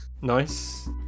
Nice